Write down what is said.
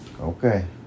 Okay